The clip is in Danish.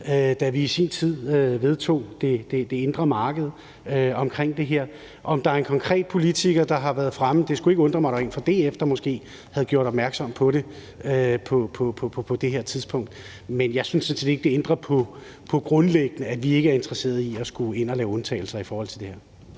da vi i sin tid vedtog det med det indre marked. Om der er en konkret politiker, der har været fremme, ved jeg ikke. Det skulle ikke undre mig, at der var en fra DF, der måske havde gjort opmærksom på det på det her tidspunkt, men jeg synes sådan set ikke, at det ændrer på, at vi grundlæggende ikke er interesseret i at skulle ind at lave undtagelser i forhold til det her.